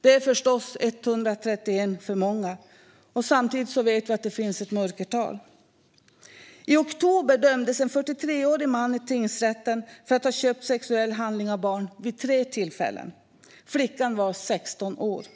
Det är förstås 131 för många. Samtidigt vet vi att det finns ett mörkertal. I oktober dömdes en 43-årig man i tingsrätten för att ha köpt sexuell handling av barn vid tre tillfällen. Flickan var 16 år.